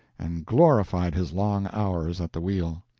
and glorified his long hours at the wheel.